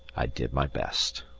i did my best.